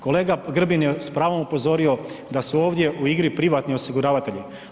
Kolega Grbin je s pravom upozorio da su ovdje u igri privatni osiguravatelji.